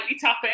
tapping